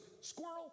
squirrel